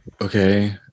Okay